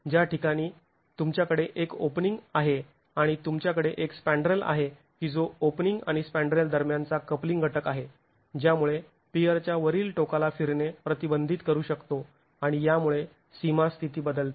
ज्या क्षणी तुमच्याकडे एक ओपनिंग आहे आणि तुमच्याकडे एक स्पॅंड्रेल आहे की जो ओपनिंग आणि स्पॅंड्रेल दरम्यानचा कपलिंग घटक आहे ज्यामुळे पियरच्या वरील टोकाला फिरणे प्रतिबंधित करू शकतो आणि यामुळे सिमा स्थिती बदलते